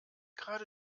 gerade